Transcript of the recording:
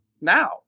now